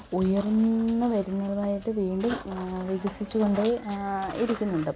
ഉയർന്ന് വരുന്നതായിട്ട് വീണ്ടും വികസിച്ചുകൊണ്ടേ ഇരിക്കുന്നുണ്ട്